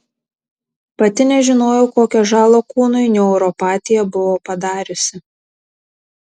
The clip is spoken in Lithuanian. pati nežinojau kokią žalą kūnui neuropatija buvo padariusi